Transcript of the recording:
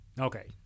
Okay